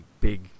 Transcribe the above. big